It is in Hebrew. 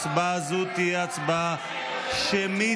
הצבעה זו תהיה הצבעה שמית.